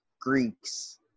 Greeks